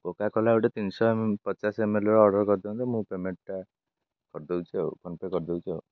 Coca Cola ଗୋଟେ ତିନି ଶହ ପଚାଶ ଏମ୍ଏଲ୍ରେ ଅର୍ଡ଼ର୍ କରିଦିଅନ୍ତୁ ମୁଁ ପେମେଣ୍ଟା କରିଦେଉଛି ଆଉ ଫୋନ୍ପେ କରିଦେଉଛି ଆଉ